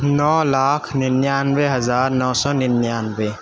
نو لاکھ ننانوے ہزار نو سو ننانوے